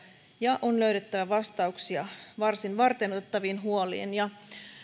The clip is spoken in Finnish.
ja on löydettävä vastauksia varsin varteenotettaviin huoliin